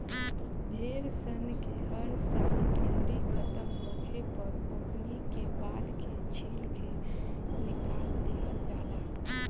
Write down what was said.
भेड़ सन के हर साल ठंडी खतम होखे पर ओकनी के बाल के छील के निकाल दिहल जाला